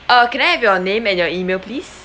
uh can I have your name and your email please